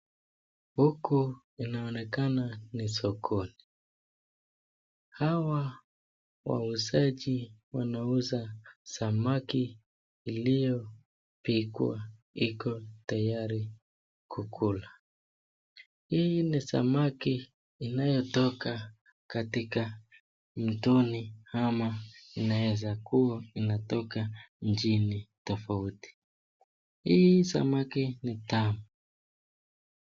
Huku inaonekana ni sokoni. Hawa wauzaji wanauza samaki iliyopikwa. Iko tayari kukula. Hii ni samaki inayotoka katika mtoni ama inaweza kuwa inatoka nchini tofauti. Hii samaki ni tamu.